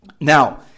Now